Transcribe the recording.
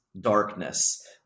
darkness